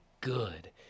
good